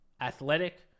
athletic